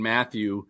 Matthew